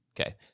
Okay